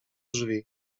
drzwi